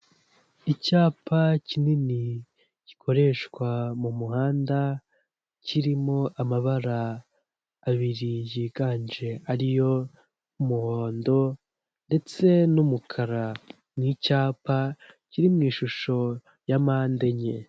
Icyapa kinini gikoreshwa mu muhanda kirimo amabara abiri yiganje ari yo muhondo ndetse n'umukara n'icyapa kiri mu ishusho ya mpandenye.